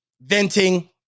venting